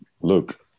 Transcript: look